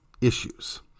issues